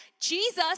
Jesus